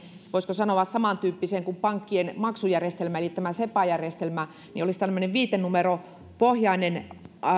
voisiko sanoa samantyyppistä kuin pankkien maksujärjestelmä eli sepa järjestelmä jossa olisi tämmöinen viitenumeropohjainen